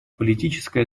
политическая